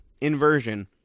inversion